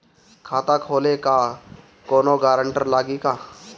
खाता खोले ला कौनो ग्रांटर लागी का?